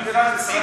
חוק ומשפט